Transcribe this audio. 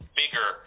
bigger